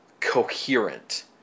coherent